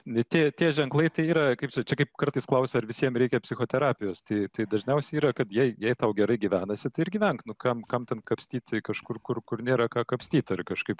dėti tie tie ženklai tai yra kaip čia kaip kartais klausia ar visiem reikia psichoterapijos tai tai tai dažniausiai yra kad jei jei tau gerai gyvenasi tai ir gyvenk nu kam kam ten kapstyt tai kažkur kur kur nėra ką kapstyt ar kažkaip